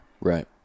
Right